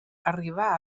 arribar